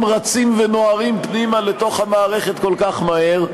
רצים ונוהרים פנימה לתוך המערכת כל כך מהר,